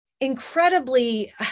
incredibly